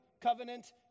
covenant